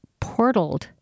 portaled